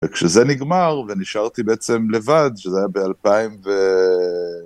וכשזה נגמר ונשארתי בעצם לבד שזה היה באלפיים ו...